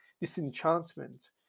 disenchantment